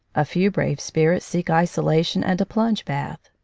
a few brave spirits seek isolation and a plunge bath.